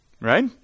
right